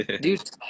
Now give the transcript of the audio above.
dude